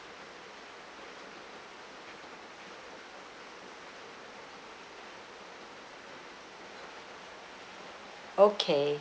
okay